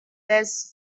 des